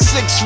Six